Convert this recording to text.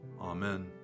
Amen